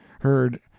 heard